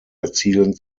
erzielen